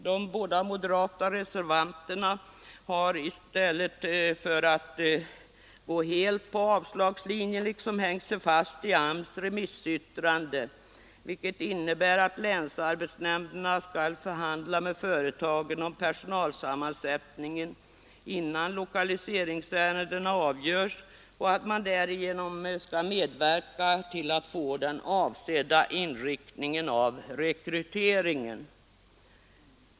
De båda moderata reservanterna har i stället för att gå helt på avslagslinjen liksom hängt sig fast vid AMS:s remissyttrande, vilket innebär att länsarbetsnämnderna skall förhandla med företagen om personalsammansättningen innan lokaliseringsärendena avgörs och att man därigenom skall medverka till att få den avsedda inriktningen av rekryteringen.